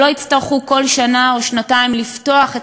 ולא יצטרכו בכל שנה או שנתיים לפתוח את